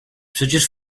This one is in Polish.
przecież